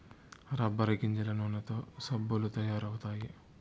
rubber గింజల నూనెతో సబ్బులు తయారు అవుతాయి